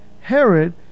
Herod